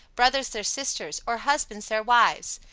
brothers their sisters, or husbands their wives?